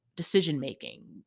decision-making